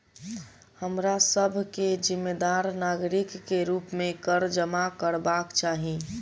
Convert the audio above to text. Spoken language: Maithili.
हमरा सभ के जिम्मेदार नागरिक के रूप में कर जमा करबाक चाही